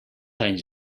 anys